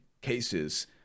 cases